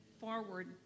forward